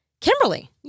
Kimberly